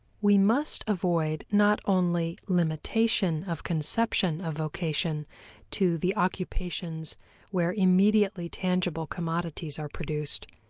we must avoid not only limitation of conception of vocation to the occupations where immediately tangible commodities are produced,